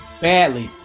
badly